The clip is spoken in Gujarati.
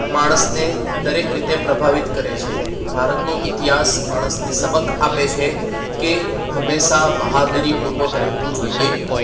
માણસને દરેક રીતે પ્રભાવિત કરે છે ભારતનો ઇતિહાસ માણસને સબક આપે છે કે હંમેશા બહાદુરીપૂર્વક રહેવું જોઈએ